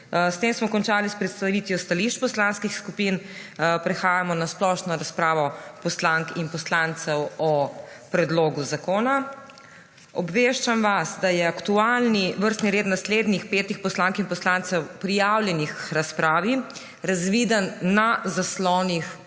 S tem smo končali s predstavitvijo stališč poslanskih skupin. Prehajamo na splošno razpravo poslank in poslancev o predlogu zakona. Obveščam vas, da je aktualni vrstni red naslednjih petih poslank in poslancev, prijavljenih k razpravi, razviden na zaslonih v dvorani.